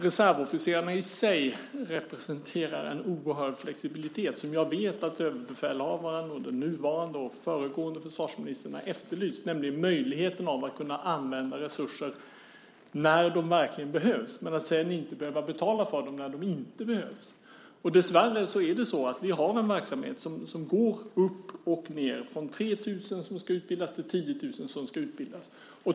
Reservofficerarna i sig representerar en oerhörd flexibilitet, som jag vet att överbefälhavaren och den nuvarande och föregående försvarsministern har efterlyst, nämligen möjligheten att använda resurser när de verkligen behövs men sedan inte behöva betala för dem när de inte behövs. Dessvärre har vi en verksamhet som går upp och ned, från 3 000 som ska utbildas till 10 000 som ska utbildas.